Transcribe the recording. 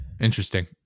Interesting